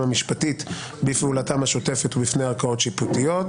המשפטית בפעולתם השוטפת ובפני ערכאות שיפוטיות.